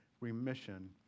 remission